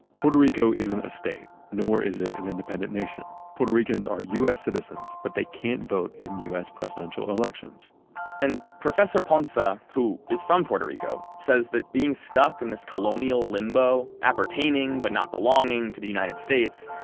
puerto rico isn't a state, nor is it an independent nation. puerto ricans are us citizens, but they can't vote in us presidential elections and professor ponsa, who is from puerto rico, says that being stuck in this colonial limbo, appertaining but not belonging to the united states,